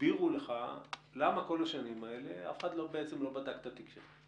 הסבירו לך למה במשך כל השנים האלה אף אחד בעצם לא בדק את התיק שלך?